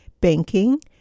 banking